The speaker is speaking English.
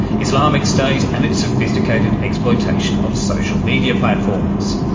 islamic state and its sophisticated exploitation of social media platforms.